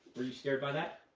were you scared by that?